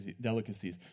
delicacies